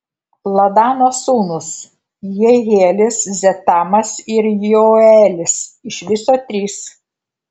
ladano sūnūs jehielis zetamas ir joelis iš viso trys